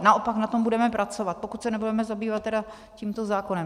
Naopak na tom budeme pracovat, pokud se tedy nebudeme zabývat stále tímto zákonem.